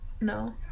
No